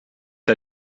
hij